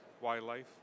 wildlife